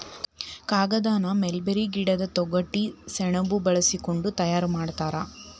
ಕಾಗದಾನ ಮಲ್ಬೇರಿ ಗಿಡದ ತೊಗಟಿ ಸೆಣಬ ಬಳಸಕೊಂಡ ತಯಾರ ಮಾಡ್ತಾರ